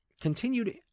continued